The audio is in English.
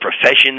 professions